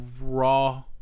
raw